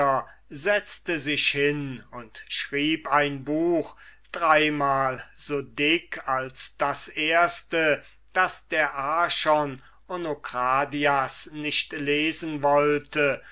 setzte sich hin und schrieb ein buch dreimal so dick als das erste das der archon onokradias nicht lesen wollte